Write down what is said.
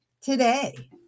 today